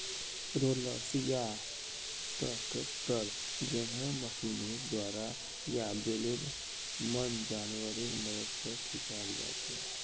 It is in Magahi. रोलर्स या त ट्रैक्टर जैमहँ मशीनेर द्वारा या बैलेर मन जानवरेर मदद से खींचाल जाछे